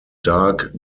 dark